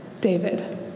David